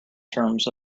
terms